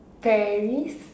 Paris